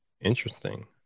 interesting